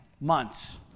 months